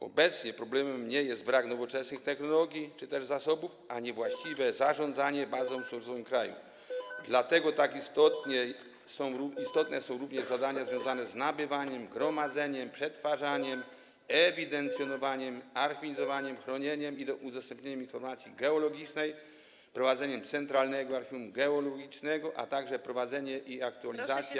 Obecnie problemem nie jest brak nowoczesnych technologii czy też zasobów, a niewłaściwe zarządzanie bazą surowcową kraju, dlatego tak istotne są również zadania związane z nabywaniem, gromadzeniem, przetwarzaniem, ewidencjonowaniem, archiwizowaniem, chronieniem i udostępnianiem informacji geologicznej, prowadzeniem centralnego archiwum geologicznego, a także prowadzenie i aktualizacja.